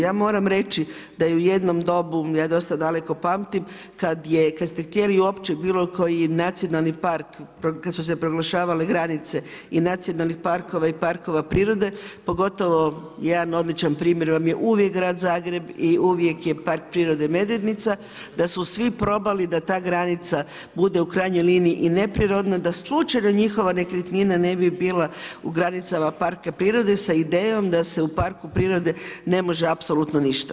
Ja moramo reći da je u jednom dobu, ja dosta daleko pamtim, kad ste htjeli uopće bilokoji nacionalni park, kad su se proglašavale granice i nacionalnih parkova i parkova prirode, pogotovo jedan odličan primjer vam je uvijek grad Zagreb i uvijek je park prirode Medvednica, da su svi probali da ta granica bude u krajnjoj liniji i neprirodna, da slučajno njihova nekretnina ne bi bila u granicama parka prirode sa idejom da se u parku prirode ne može apsolutno ništa.